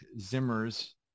Zimmer's